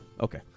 Okay